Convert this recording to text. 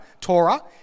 Torah